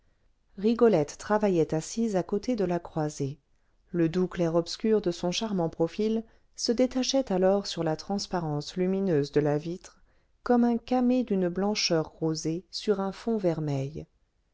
rigolette travaillait assise à côté de la croisée le doux clair-obscur de son charmant profil se détachait alors sur la transparence lumineuse de la vitre comme un camée d'une blancheur rosée sur un fond vermeil